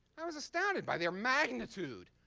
i was astounded by their magnitude,